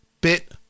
bit